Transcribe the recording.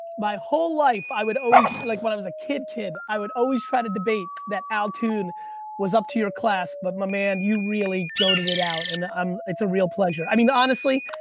my whole life, i would always like, when i was a kid-kid, i would always try to debate that al toon was up to your class, but my man, you really goat-ed it it out. and um it's a real pleasure. i mean, honestly,